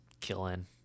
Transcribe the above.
killing